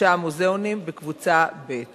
שישה מוזיאונים בקבוצה ב'.